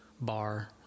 bar